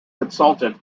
consultant